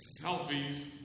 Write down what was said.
selfies